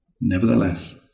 Nevertheless